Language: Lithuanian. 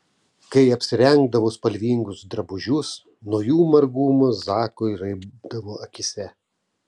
kai apsirengdavo spalvingus drabužius nuo jų margumo zakui raibdavo akyse